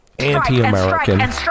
anti-american